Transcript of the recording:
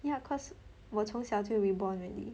ya cause 我从小就 rebond already